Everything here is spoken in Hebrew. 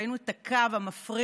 ראינו את הקו המפריד